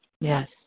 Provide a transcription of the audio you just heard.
Yes